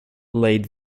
lead